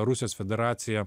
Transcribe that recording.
rusijos federacija